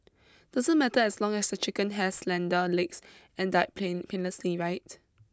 doesn't matter as long as the chicken has slender legs and died plain painlessly right